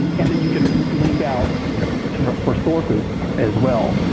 and then you can link out for sources as well,